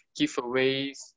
giveaways